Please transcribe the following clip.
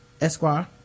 Esquire